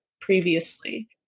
previously